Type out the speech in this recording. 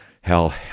hell